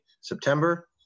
September